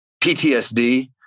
PTSD